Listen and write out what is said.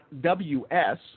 .ws